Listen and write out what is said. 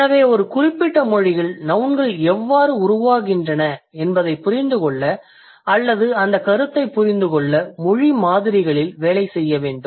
எனவே ஒரு குறிப்பிட்ட மொழியில் நௌன்கள் எவ்வாறு உருவாகின்றன என்பதைப் புரிந்து கொள்ள அல்லது அந்த கருத்தைப் புரிந்து கொள்ள மொழி மாதிரிகளில் வேலை செய்ய வேண்டும்